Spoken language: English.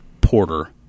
porter